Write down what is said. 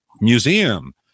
museum